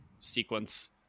sequence